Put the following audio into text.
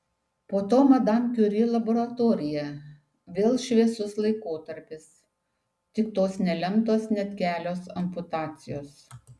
po to madam kiuri laboratorija vėl šviesus laikotarpis tik tos nelemtos net kelios amputacijos